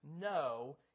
no